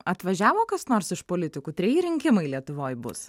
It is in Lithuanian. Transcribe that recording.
atvažiavo kas nors iš politikų treji rinkimai lietuvoj bus